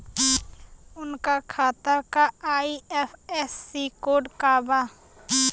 उनका खाता का आई.एफ.एस.सी कोड का बा?